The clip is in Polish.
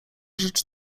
rzecz